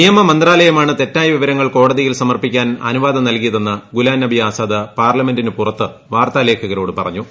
നിയമമന്ത്രാലയമാണ് തെറ്റായ വിവരങ്ങൾ കോടതിയിൽ സമർപ്പിക്കാൻ അനുവാദം നൽകിയതെന്ന് ഗുലാം നബി ആസാദ് പാർലമെന്റിന് പുറത്ത് വാർത്താലേഖകരോട് പറഞ്ഞു